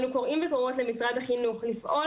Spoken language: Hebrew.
אנו קוראים וקוראות למשרד החינוך לפעול